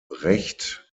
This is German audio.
recht